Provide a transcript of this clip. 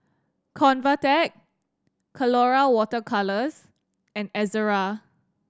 Convatec Colora Water Colours and Ezerra